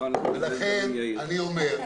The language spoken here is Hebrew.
לכן אני אומר: